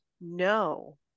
no